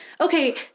okay